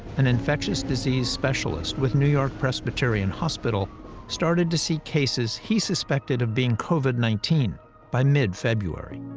an infectious disease specialist with new york-presbyterian hospital started to see cases he suspected of being covid nineteen by mid-february.